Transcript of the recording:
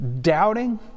doubting